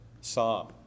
psalm